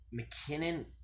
McKinnon